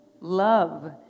Love